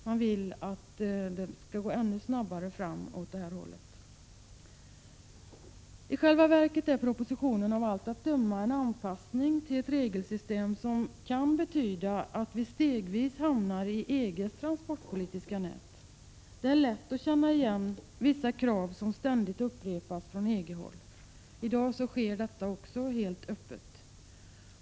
De vill att man ännu snabbare skall gå fram i denna riktning. I själva verket är propositionen av allt att döma en anpassning till ett regelsystem som kan betyda att vi steg för steg hamnar i EG:s transportpolitiska nät. Det är lätt att känna igen vissa krav som ständigt upprepas från EG-håll — i dag sker detta också helt öppet.